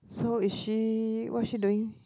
so is she what is she doing